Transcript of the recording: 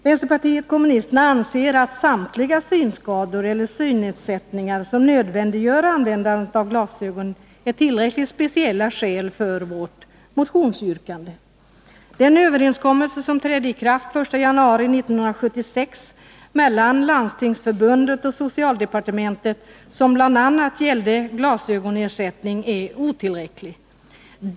Vänsterpartiet kommunisterna anser att samtliga synskador eller synnedsättningar som nödvändiggör användande av glasögon är tillräckligt speciella skäl för vårt motionsyrkande. Den överenskommelse mellan Landstingsförbundet och socialdepartementet som trädde i kraft den 1 januari 1976 och som bl.a. gällde glasögonersättning är otillräcklig.